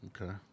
Okay